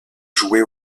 jouer